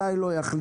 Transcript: מתי לא יחליט.